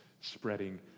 spreading